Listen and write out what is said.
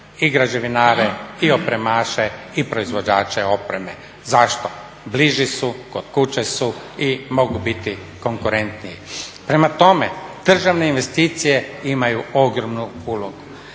i građevinare, i opremaše, i proizvođače opreme. Zašto, bliži su, kod kuće su i mogu biti konkurentniji. Prema tome, državne investicije imaju ogromnu ulogu